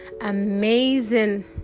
amazing